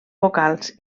vocals